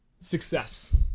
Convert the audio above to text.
success